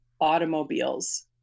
Automobiles